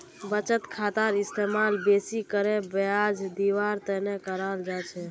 बचत खातार इस्तेमाल बेसि करे ब्याज दीवार तने कराल जा छे